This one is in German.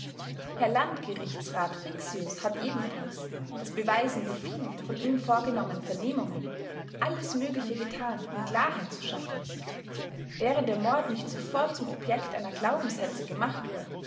herr landgerichtsrat brixius hat ebenfalls das beweisen die vielen von ihm vorgenommenen vernehmungen alles mögliche getan um klarheit zu schaffen wäre der mord nicht sofort zum objekt einer glaubenshetze gemacht worden